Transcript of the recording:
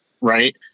Right